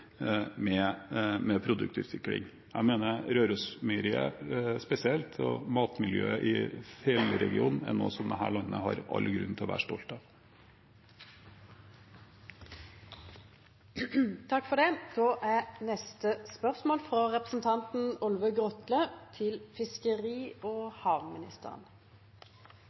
med produktutvikling. Jeg mener Rørosmeieriet spesielt og matmiljøet i fjellregionen er noe dette landet har all grunn til å være stolt av. Då går me tilbake til spørsmål 6. «Den såkalla «Gamvik-modellen» har vist seg å vere ein populær, enkel og